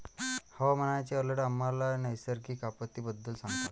हवामानाचे अलर्ट आम्हाला नैसर्गिक आपत्तींबद्दल सांगतात